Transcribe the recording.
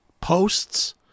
posts